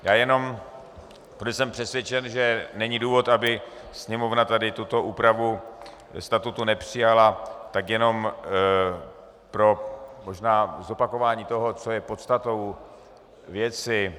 Já jenom, protože jsem přesvědčen, že není důvod, aby Sněmovna tuto úpravu statutu nepřijala, tak jenom možná pro zopakování toho, co je podstatou věci.